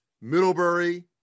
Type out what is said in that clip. middlebury